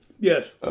yes